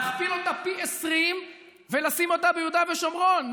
להכפיל אותה פי 20 ולשים אותה ביהודה ושומרון,